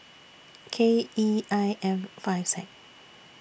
K E I F five Z